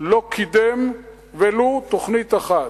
לא קידם ולו תוכנית אחת.